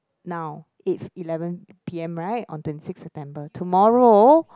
now if eleven p_m right on twenty six September tomorrow